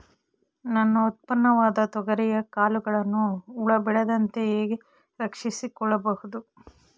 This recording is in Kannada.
ನನ್ನ ಉತ್ಪನ್ನವಾದ ತೊಗರಿಯ ಕಾಳುಗಳನ್ನು ಹುಳ ಬೇಳದಂತೆ ಹೇಗೆ ರಕ್ಷಿಸಿಕೊಳ್ಳಬಹುದು?